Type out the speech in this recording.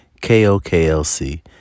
K-O-K-L-C